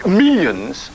millions